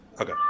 Okay